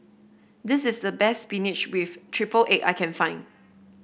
this is the best spinach with triple egg I can find